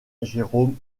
jérôme